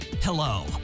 Hello